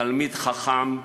תלמיד חכם.